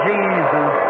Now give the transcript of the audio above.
Jesus